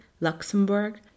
Luxembourg